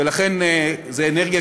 ולכן זו אנרגיה,